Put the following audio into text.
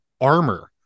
armor